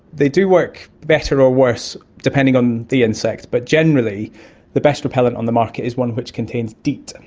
they do work better or worse depending on the insect, but generally the best repellent on the market is one which contains deet, and